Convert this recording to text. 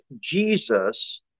Jesus